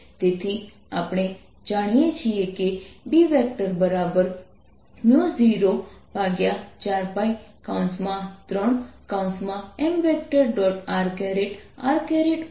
M M બનશે અને બીજી બાજુ